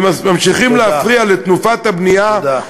וממשיכים להפריע לתנופת הבנייה, תודה.